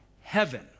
heaven